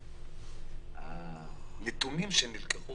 הנתונים שנלקחו